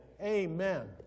Amen